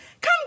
come